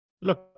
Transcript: Look